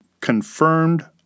confirmed